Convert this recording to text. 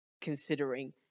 considering